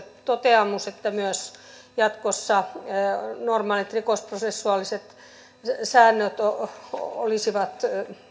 toteamus että myös jatkossa normaalit rikosprosessuaaliset säännöt olisivat